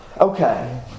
Okay